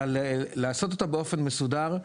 אלא לעשות אותה באופן מסודר,